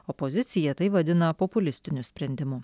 opozicija tai vadina populistiniu sprendimu